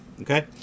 okay